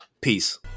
Peace